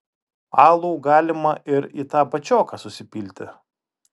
alų galima ir į tą bačioką susipilti